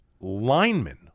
lineman